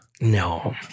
No